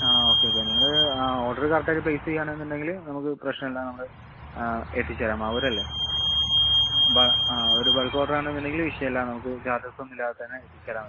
ആ okay okay നിങ്ങൾ ആ ഓർഡർ കറക്റ്റ് ആയിട്ട് പ്ലേസ് ചെയ്യാമെന്ന് ഉണ്ടെങ്കിൽ നമുക്ക് പ്രശ്നം ഇല്ല നമ്മൾ എത്തിച്ചേരാ മാവൂര് അല്ലേ ആ ഒരു ബൾക്ക് ഓർഡർ ആണെന്ന് ഉണ്ടെങ്കിൽ വിഷയം അല്ല നമുക്ക് ചാർജസ് ഒന്നും ഇല്ലാതെ തന്നെ എത്തിച്ചുതരാൻ പറ്റും